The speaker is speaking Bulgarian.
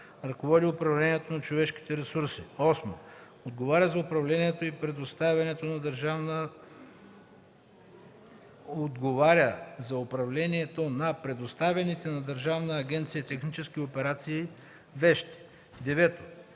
ръководи управлението на човешките ресурси; 8. отговаря за управлението на предоставените на Държавна агенция „Технически операции” вещи;